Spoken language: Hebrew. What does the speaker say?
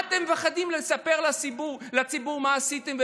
אתם מפחדים לספר לציבור מה עשיתם,